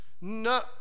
no